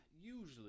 usually